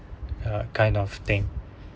uh kind of thing